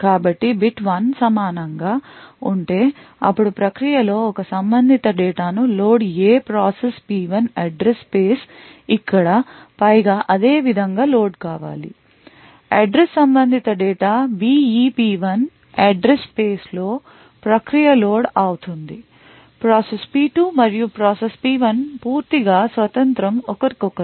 కాబట్టి bit 1 సమానం గా ఉంటే అప్పుడు ప్రక్రియలో ఒక సంబంధిత డేటా ను load A process P1 address space ఇక్కడ పైగా అదేవిధంగా లోడ్ కావాలి అడ్రస్ సంబంధిత డేటా B ఈ P1 అడ్రస్ స్పేస్ లో ప్రక్రియలో లోడ్ అవుతుంది ప్రాసెస్ P2 మరియు ప్రాసెస్ P1 పూర్తిగా స్వతంత్ర ఒకరికొకరు